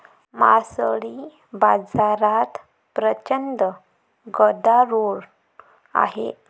मासळी बाजारात प्रचंड गदारोळ आहे